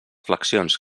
flexions